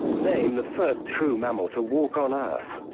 name the first true mammal to walk on earth?